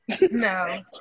No